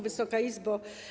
Wysoka Izbo!